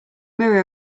mirror